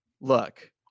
look